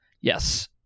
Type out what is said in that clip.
Yes